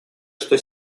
что